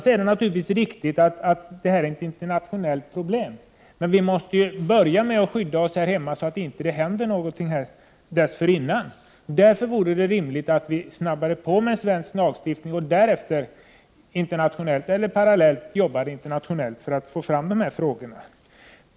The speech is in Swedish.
Det är naturligtvis riktigt att detta är ett internationellt problem, men vi måste ju börja med att skydda oss här hemma, så att det inte händer någonting här dessförinnan. Därför vore det rimligt att snabba på med en svensk lagstiftning och därefter — eller möjligen parallellt — arbeta internationellt för att få fram en lösning.